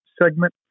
segment